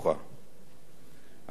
המפגשים בינינו היו מרתקים.